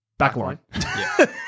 Backline